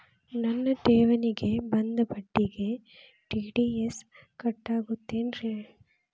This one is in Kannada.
ನನ್ನ ಠೇವಣಿಗೆ ಬಂದ ಬಡ್ಡಿಗೆ ಟಿ.ಡಿ.ಎಸ್ ಕಟ್ಟಾಗುತ್ತೇನ್ರೇ?